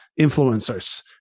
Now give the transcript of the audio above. influencers